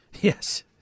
Yes